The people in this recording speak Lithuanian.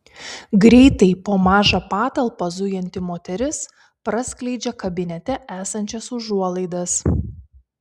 greitai po mažą patalpą zujanti moteris praskleidžia kabinete esančias užuolaidas